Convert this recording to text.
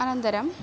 अनन्तरम्